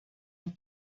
and